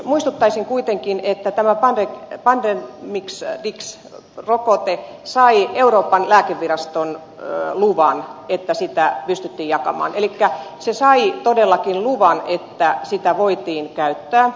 muistuttaisin kuitenkin että tämä hanke vanhojen miks sä eli pandemrix rokote sai euroopan lääkeviraston luvan että sitä pystyttiin jakamaan elikkä se sai todellakin luvan että sitä voitiin käyttää